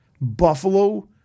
Buffalo